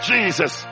Jesus